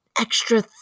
extra